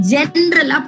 General